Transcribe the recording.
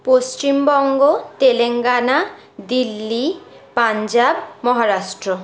Paschimbanga Telangana Delhi Punjab Maharashtra